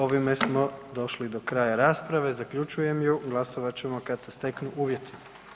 Ovime smo došli do kraja rasprave, zaključujem ju, glasovat ćemo kad se steknu uvjeti.